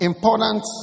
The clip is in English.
Important